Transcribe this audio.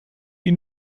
ihn